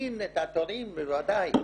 להקטין את התורים, בוודאי,